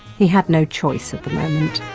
he had no choice at the moment